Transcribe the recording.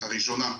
הראשונה,